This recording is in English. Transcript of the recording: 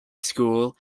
school